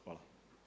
Hvala.